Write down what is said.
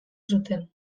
zuten